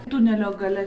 tunelio gale